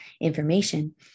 information